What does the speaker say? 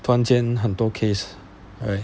突然间很多 case right